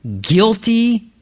guilty